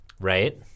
Right